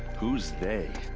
who's they?